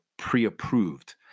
pre-approved